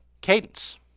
Cadence